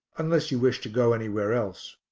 unless you wish to go anywhere else.